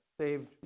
saved